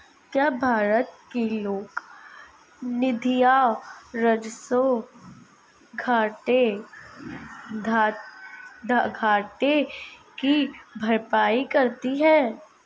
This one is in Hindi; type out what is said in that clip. क्या भारत के लोक निधियां राजस्व घाटे की भरपाई करती हैं?